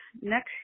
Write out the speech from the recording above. next